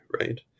right